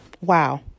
Wow